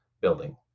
building